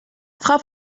frau